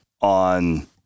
on